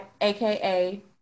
aka